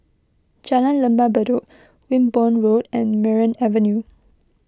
Jalan Lembah Bedok Wimborne Road and Merryn Avenue